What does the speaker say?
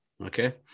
okay